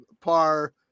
Par